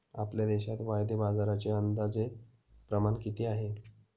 आपल्या देशात वायदे बाजाराचे अंदाजे प्रमाण किती आहे?